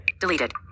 Deleted